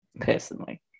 personally